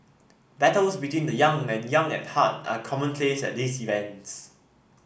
battles between the young and young at heart are commonplace at these events